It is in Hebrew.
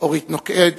אורית נוקד